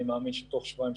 אני מאמין שתוך שבועיים,